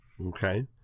Okay